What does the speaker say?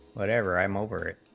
whenever i'm over